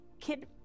Kid